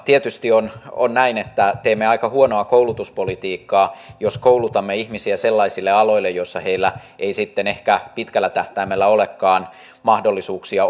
tietysti on on näin että teemme aika huonoa koulutuspolitiikkaa jos koulutamme ihmisiä sellaisille aloille joilla heillä ei sitten ehkä pitkällä tähtäimellä olekaan mahdollisuuksia